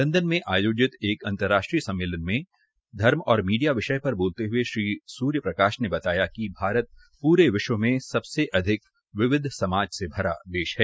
London में आयोजित एक अंतरराष्ट्रीय सम्मेलन में धर्म और मीडिया विषय पर बोलते हुए श्री सूर्य प्रकाश ने बताया कि भारत पूरे विश्व में सबसे अधिक विविध समाज से भरा देश है